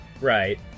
Right